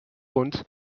und